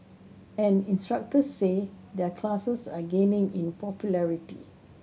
and instructor say their classes are gaining in popularity